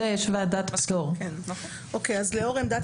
לאור עמדת